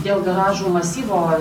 dėl garažų masyvo